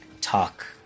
talk